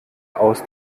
aus